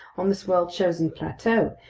on this well-chosen plateau,